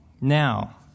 Now